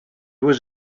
was